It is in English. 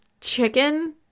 chicken